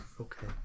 Okay